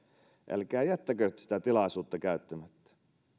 älkää jättäkö sitä tilaisuutta käyttämättä kun